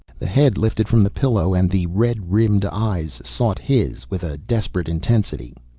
the head lifted from the pillow and the red-rimmed eyes sought his with a desperate intensity.